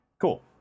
cool